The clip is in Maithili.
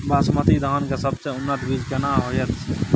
बासमती धान के सबसे उन्नत बीज केना होयत छै?